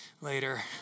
later